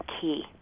key